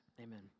Amen